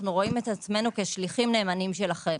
אנו רואים עצמנו שליחים נאמנים שלכם.